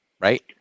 Right